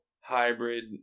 hybrid